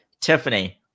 Tiffany